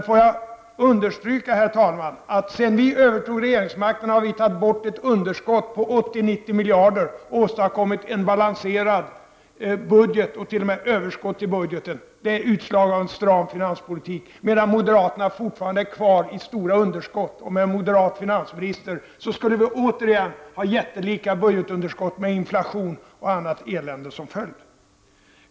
Får jag understryka, herr talman, att sedan vi övertog regeringsmakten har vi fått bort ett budgetunderskott på 80 å 90 miljarder kronor och åstadkommit en balanserad budget eller t.o.m. ett överskott i budgeten. Det är utslag av en stram finanspolitik. Moderaterna däremot är kvar i stora budgetunderskott. Med en moderat finansminister skulle vi återigen få jättelika budgetunderskott med inflation och annat elände som följd.